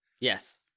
Yes